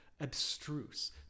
abstruse